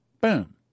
Boom